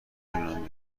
تونن